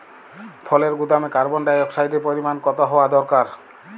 ফলের গুদামে কার্বন ডাই অক্সাইডের পরিমাণ কত হওয়া দরকার?